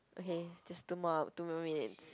okay just two more two more minutes